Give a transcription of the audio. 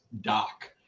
doc